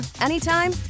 anytime